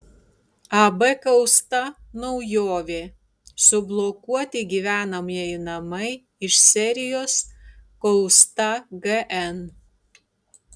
ab kausta naujovė sublokuoti gyvenamieji namai iš serijos kausta gn